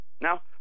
Now